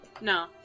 No